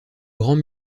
grands